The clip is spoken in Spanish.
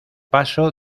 paso